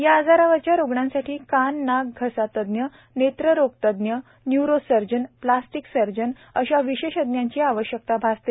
या आजारावरच्या रुग्णांसाठी कान नाक घसा तज्ञ नेत्ररोग तज्ञ न्य्रोसर्जन प्लास्टीक सर्जन या विशेषज्ञांची आवश्यकता भासते